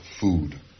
food